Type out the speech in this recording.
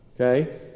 Okay